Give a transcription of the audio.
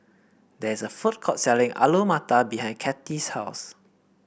there is a food court selling Alu Matar behind Cathy's house